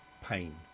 pain